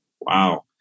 Wow